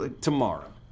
Tomorrow